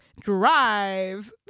drive